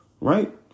right